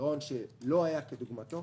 גירעון שלא היה כדוגמתו,